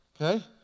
okay